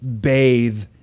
bathe